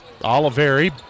Oliveri